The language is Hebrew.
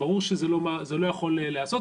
ברור שזה לא יכול להיעשות.